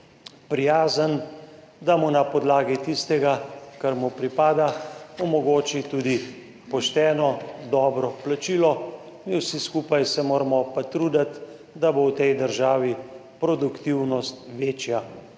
prijazen, da mu na podlagi tistega, kar mu pripada, omogoči tudi pošteno, dobro plačilo. Mi vsi skupaj pa se moramo truditi, da bo v tej državi produktivnost večja.